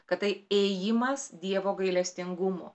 kad tai ėjimas dievo gailestingumo